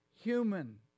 human